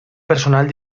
personal